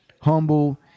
humble